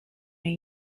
new